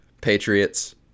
Patriots